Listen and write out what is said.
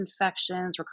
infections